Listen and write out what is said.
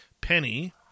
Penny